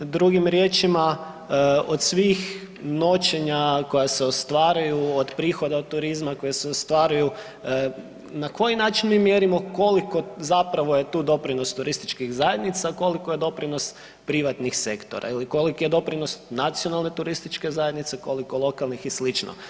Drugim riječima, od svih noćenja koja se ostvaruju, od prihoda od turizma koje se ostvaruju, na koji način mi mjerimo koliko zapravo je tu doprinos turističkih zajednica, koliko je doprinos privatnih sektora ili koliki je doprinos Nacionalne turističke zajednice, koliko lokalnih i slično?